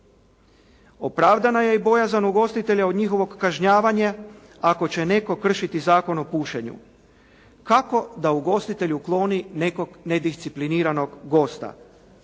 Opravdana je i bojazan ugostitelja od njihovog kažnjavanja ako će netko kršiti Zakon o pušenju. Kako da ugostitelj ukloni nekog nediscipliniranog gosta?